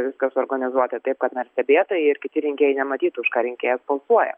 viską suorganizuoti taip kad na stebėtojai ir kiti rinkėjai nematytų už ką rinkėjas balsuoja